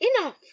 Enough